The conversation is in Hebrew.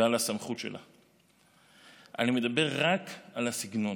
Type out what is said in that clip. ועל הסמכות שלה, אני מדבר רק על הסגנון.